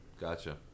Gotcha